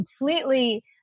completely